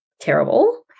terrible